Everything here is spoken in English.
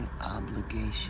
obligation